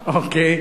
אוקיי.